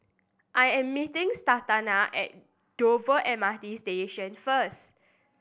I am meeting Santana at Dover M R T Station first